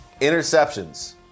interceptions